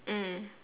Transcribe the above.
mm